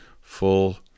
full